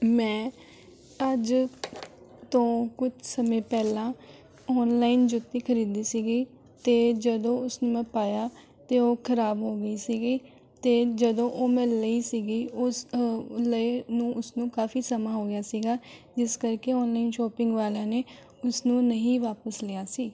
ਮੈਂ ਅੱਜ ਤੋਂ ਕੁਝ ਸਮੇਂ ਪਹਿਲਾਂ ਔਨਲਾਈਨ ਜੁੱਤੀ ਖਰੀਦੀ ਸੀ ਅਤੇ ਜਦੋਂ ਉਸਨੂੰ ਮੈਂ ਪਾਇਆ ਅਤੇ ਉਹ ਖ਼ਰਾਬ ਹੋ ਗਈ ਸੀ ਅਤੇ ਜਦੋਂ ਉਹ ਮੈਂ ਲਈ ਸੀ ਉਸ ਲਏ ਨੂੰ ਉਸਨੂੰ ਕਾਫੀ ਸਮਾਂ ਹੋ ਗਿਆ ਸੀ ਜਿਸ ਕਰਕੇ ਔਨਲਾਈਨ ਸ਼ੋਪਿੰਗ ਵਾਲਿਆਂ ਨੇ ਉਸਨੂੰ ਨਹੀਂ ਵਾਪਸ ਲਿਆ ਸੀ